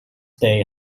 day